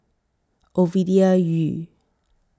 Ovidia Yu